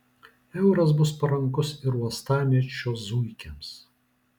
euras bus parankus ir uostamiesčio zuikiams